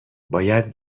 باید